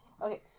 Okay